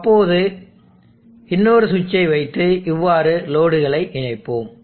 இப்போது இன்னொரு சுவிட்சை வைத்து இவ்வாறு லோடுகளை இணைப்போம்